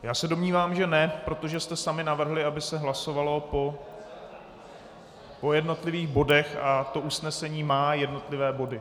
Já se domnívám, že ne, protože jste sami navrhli, aby se hlasovalo po jednotlivých bodech a to usnesení má jednotlivé body.